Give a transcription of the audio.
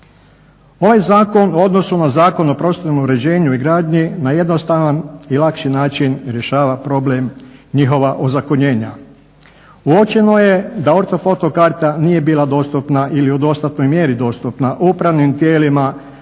Ovaj zakon u odnosu na Zakon o prostornom uređenju i gradnji na jednostavan i lakši način rješava problem njihova ozakonjenja. Uočeno je da ortofoto karta nije bila dostupna ili u dostatnoj mjeri dostupna upravnim tijelima